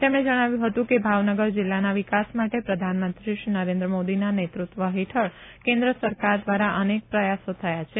તેમણે જણાવ્યું હતું કે ભાવનગર જીલ્લાના વિકાસ માટે પ્રધાનમંત્રી શ્રી નરેન્દ્ર મોદીના નેતૃત્વ હેઠળ કેન્દ્ર સરકાર ધ્વારા અનેક પ્રયાસો થયા છે